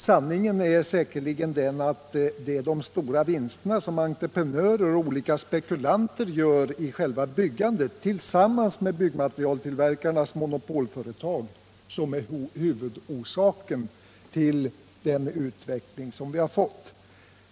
Sanningen är säkerligen den att det är de stora vinster som entreprenörer och olika spekulanter gör i själva byggandet tillsammans med byggmaterialtillverkarnas monopolställning som är huvudorsaken till den nuvarande utvecklingen.